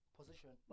position